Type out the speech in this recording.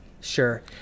Sure